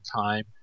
time